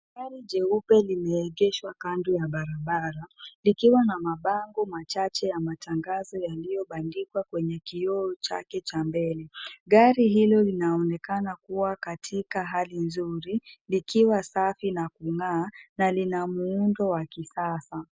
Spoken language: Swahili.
Gari jeupe limeegeshwa kando ya barabara likiwa na mabango machache ya matangazo yaliyobandikwa kwenye kioo chake cha mbele. Gari hilo linaonekana kuwa katika hali nzuri likiwa safi na kung'aa na lina muundo wa kisasa.